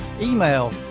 Email